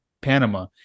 panama